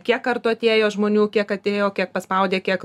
kiek kartų atėjo žmonių kiek atėjo kiek paspaudė kiek